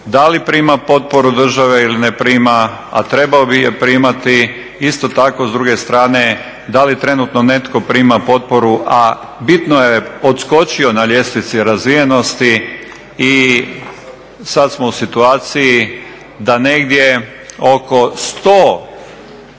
da li prima potporu države ili ne prima, a trebao bi je primati. Isto tako s druge strane, da li trenutno netko prima potporu, a bitno je odskočio na ljestvici razvijenosti i sad smo u situaciji da negdje oko 100